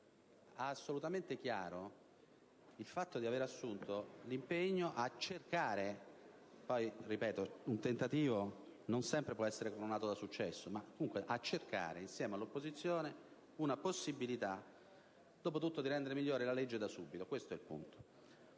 ha assolutamente chiaro il fatto di aver assunto l'impegno a cercare (poi - ripeto - un tentativo non sempre può essere coronato da successo), insieme all'opposizione, una possibilità dopo tutto di rendere migliore la legge da subito. Questo è il punto.